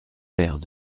verres